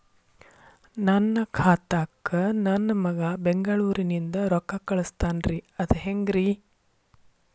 ನನ್ನ ಖಾತಾಕ್ಕ ನನ್ನ ಮಗಾ ಬೆಂಗಳೂರನಿಂದ ರೊಕ್ಕ ಕಳಸ್ತಾನ್ರಿ ಅದ ಹೆಂಗ್ರಿ?